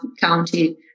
county